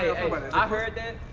i've heard that.